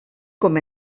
com